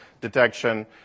detection